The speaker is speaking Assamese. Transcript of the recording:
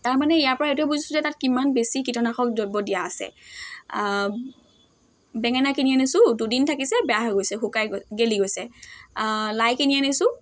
তাৰমানে ইয়াৰ পৰা এইটোৱে বুজিছোঁ যে তাত কিমান বেছি কীটনাশক দ্ৰব্য দিয়া আছে বেঙেনা কিনি আনিছোঁ দুদিন থাকিছে বেয়া হৈ গৈছে শুকাই গৈ গেলি গৈছে লাই কিনি আনিছোঁ